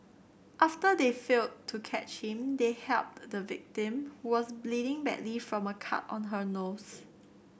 after they failed to catch him they helped the victim who was bleeding badly from a cut on her nose